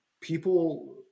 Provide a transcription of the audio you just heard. people